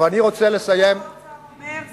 אבל איך אפשר בממשלה ששר האוצר אומר,